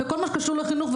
בכל מה שקשור לחינוך,